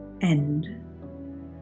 end